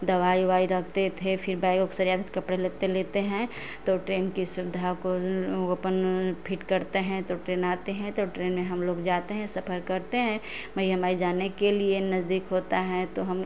दवाई ओवाई रखते थे फिर बैग ओग सजाते तो कपड़े लत्ते लेते हैं तो ट्रेन की सुविधा को वो अपन फिर करते हैं तो ट्रेन आते हैं तो ट्रेन में हम लोग जाते हैं सफर करते हैं मइहर माई जाने के लिए नज़दीक होता है तो हम